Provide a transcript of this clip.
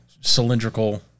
cylindrical